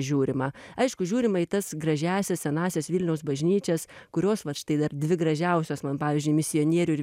žiūrima aišku žiūrima į tas gražiąsias senąsias vilniaus bažnyčias kurios vat štai dar dvi gražiausios man pavyzdžiui misionierių ir